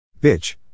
Bitch